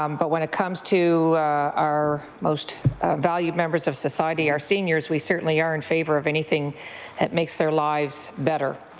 um but when it comes to our most valued members of society, our seniors, we certainly are in favor of anything that makes their lives better.